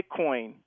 Bitcoin